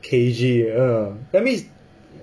K_G ah I mean it's